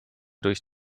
durch